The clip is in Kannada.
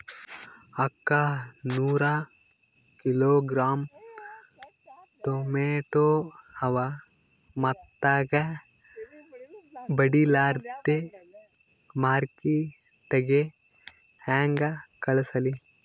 ಅಕ್ಕಾ ನೂರ ಕಿಲೋಗ್ರಾಂ ಟೊಮೇಟೊ ಅವ, ಮೆತ್ತಗಬಡಿಲಾರ್ದೆ ಮಾರ್ಕಿಟಗೆ ಹೆಂಗ ಕಳಸಲಿ?